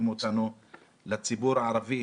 לציבור הערבי,